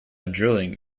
drilling